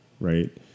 right